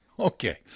Okay